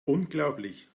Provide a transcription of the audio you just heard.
unglaublich